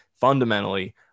fundamentally